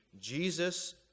Jesus